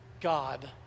God